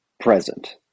present